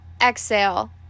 exhale